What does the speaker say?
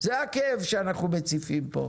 זה הכאב שאנחנו מציפים פה.